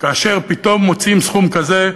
כאשר פתאום מוצאים סכום כזה,